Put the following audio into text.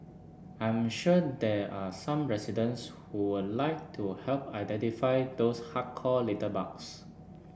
I'm sure there are some residents who would like to help identify those hardcore litterbugs